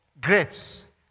grapes